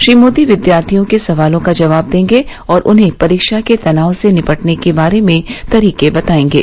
श्री मोदी विद्यार्थियों के सवालों का जवाब देंगे और उन्हें परीक्षा के तनाव से निपटने के बारे में तरीके बतायेंगे